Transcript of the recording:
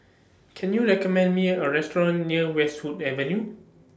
Can YOU recommend Me A Restaurant near Westwood Avenue